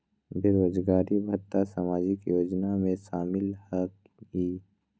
बेरोजगारी भत्ता सामाजिक योजना में शामिल ह ई?